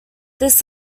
this